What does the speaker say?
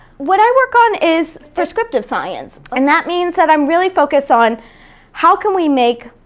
what i work on is prescriptive science, and that means that i'm really focused on how can we make,